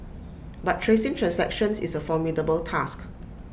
but tracing transactions is A formidable task